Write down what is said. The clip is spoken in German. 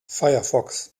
firefox